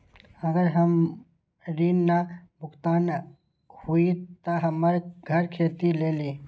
अगर हमर ऋण न भुगतान हुई त हमर घर खेती लेली?